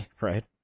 Right